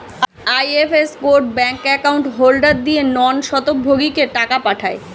IFS code bank account holder দিয়ে non স্বত্বভোগীকে টাকা পাঠায়